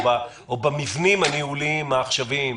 או במבנים הניהוליים העכשוויים,